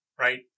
right